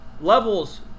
Levels